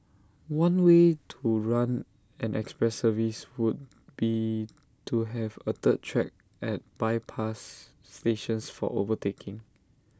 one way to run an express service would be to have A third track at bypass stations for overtaking